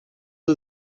sie